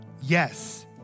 Yes